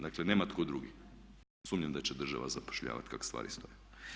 Dakle nema tko drugi, sumnjam da će država zapošljavati kako stvari stoje.